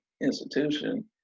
institution